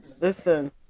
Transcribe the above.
listen